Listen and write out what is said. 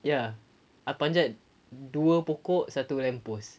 ya I panjat dua pokok satu lamp post